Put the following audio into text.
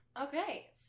Okay